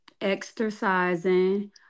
exercising